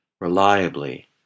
reliably